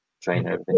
trainer